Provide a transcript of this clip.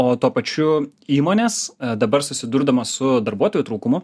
o tuo pačiu įmonės dabar susidurdamos su darbuotojų trūkumu